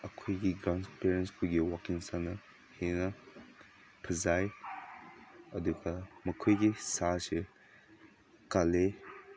ꯑꯩꯈꯣꯏꯒꯤ ꯒ꯭ꯔꯥꯟꯄꯦꯔꯦꯟꯁꯇꯒꯤ ꯋꯥꯔꯀꯤꯡ ꯏꯁꯇꯥꯏꯜꯅ ꯍꯦꯟꯅ ꯐꯖꯩ ꯑꯗꯨꯒ ꯃꯈꯣꯏꯒꯤ ꯁꯥꯁꯦ ꯀꯜꯂꯤ